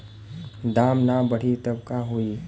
दाम ना बढ़ी तब का होई